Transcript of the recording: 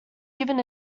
given